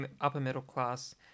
upper-middle-class